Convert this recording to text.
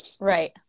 Right